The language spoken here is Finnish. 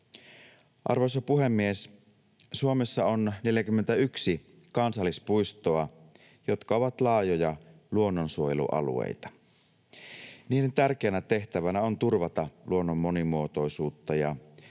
Arvoisa puhemies! Suomessa on 41 kansallispuistoa, jotka ovat laajoja luonnonsuojelualueita. Niiden tärkeänä tehtävänä on turvata luonnon monimuotoisuutta ja